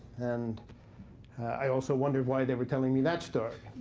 and i also wondered why they were telling me that story.